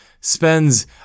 spends